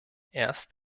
erst